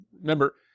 remember